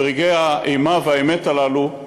ברגעי האימה והאמת הללו,